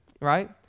right